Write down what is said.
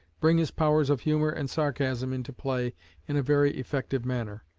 bring his powers of humor and sarcasm into play in a very effective manner.